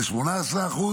מ-25% ל-18%,